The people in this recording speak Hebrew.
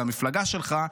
על המפלגה שלך,